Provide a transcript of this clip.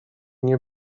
nie